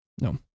No